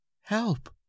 Help